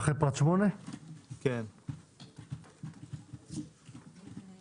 פרט 10. חובת ציות לתמרור.